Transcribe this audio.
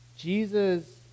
Jesus